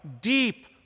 deep